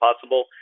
possible